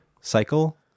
cycle